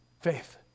Faith